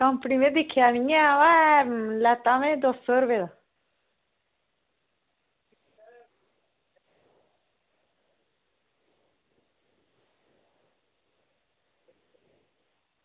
company में दिक्खेआ निं ऐ बा लैता में दौ सौ रपेआ